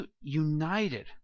united